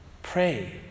Pray